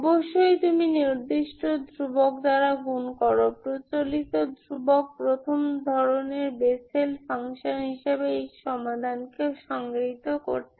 অবশ্যই তুমি নির্দিষ্ট ধ্রুবক দ্বারা গুণ করো প্রচলিত ধ্রুবক প্রথম ধরনের বেসেল ফাংশান হিসেবে এই সমাধানকে সংজ্ঞায়িত করতে